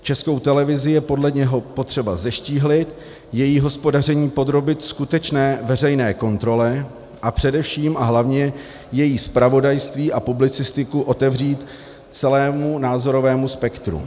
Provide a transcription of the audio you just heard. Českou televizi je podle něho potřeba zeštíhlit, její hospodaření podrobit skutečné veřejné kontrole a především a hlavně její zpravodajství a publicistiku otevřít celému názorovému spektru.